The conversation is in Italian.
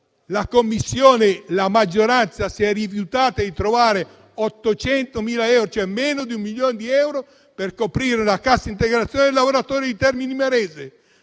In Commissione la maggioranza si è rifiutata di trovare 800.000 euro, e cioè meno di un milione di euro, per coprire la cassa integrazione dei lavoratori di Termini Imerese,